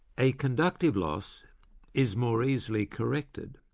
a conductive loss is more easily corrected.